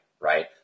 right